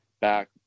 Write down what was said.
back